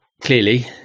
clearly